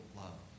love